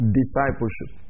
discipleship